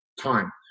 time